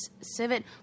civet